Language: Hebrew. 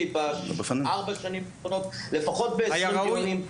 בארבע השנים האחרונות השתתפתי לפחות בעשרים דיונים.